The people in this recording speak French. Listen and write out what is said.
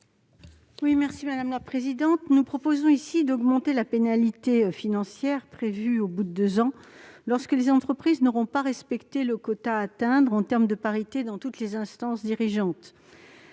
à Mme Laurence Cohen. Nous proposons d'augmenter la pénalité financière prévue au bout de deux ans lorsque les entreprises n'auront pas respecté le quota à atteindre en termes de parité dans toutes les instances dirigeantes.